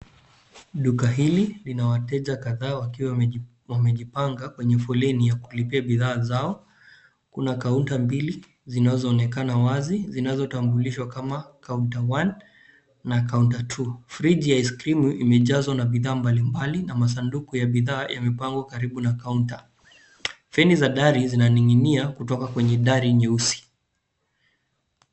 Duka hili lina wateja kadhaa wakiwa wamejipanga kwenye foleni ya kulipia bidhaa zao. Kuna kaunta mbili zinazoonekana wazi zinazotambulishwa kama kaunta one na kaunta two . Friji ya ice cream imejazwa na bidhaa mbalimbali na masanduku ya bidhaa yamepangwa karibu na kaunta. Feni za dari zinaning'inia kutoka kwenye dari nyeusi.